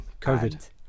covid